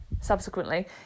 subsequently